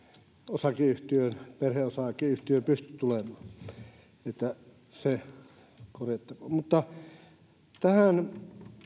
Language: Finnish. osakeyhtiö perheosakeyhtiö pysty tulemaan se korjattakoon mutta tähän